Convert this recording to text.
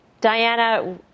Diana